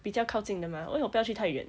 比较靠近的吗因为我不要去太远